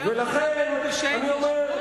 ולכן אני אומר,